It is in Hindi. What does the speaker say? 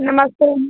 नमस्ते